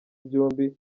byombi